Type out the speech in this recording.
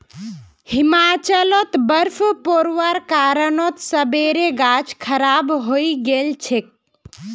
हिमाचलत बर्फ़ पोरवार कारणत सेबेर गाछ खराब हई गेल छेक